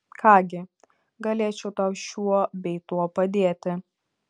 ką gi galėčiau tau šiuo bei tuo padėti